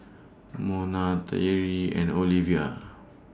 Mona Tyree and Oliva